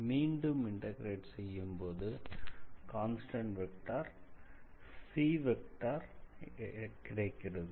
மீண்டும் இண்டக்ரேட் செய்யும்போது constant vector c கிடைக்கிறது